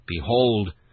Behold